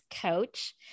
coach